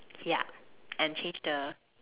ya and change the